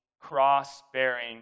cross-bearing